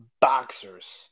boxers